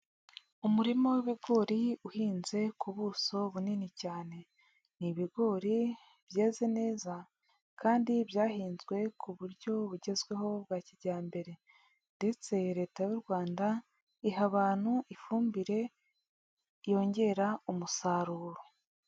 Umurima w'ibigori uhinze ku buso bunini cyane, ni ibigori byeze neza kandi byahinzwe ku buryo bugezweho bwa kijyambere ndetse Leta y'u Rwanda iha abantu ifumbire yongera umusaruro.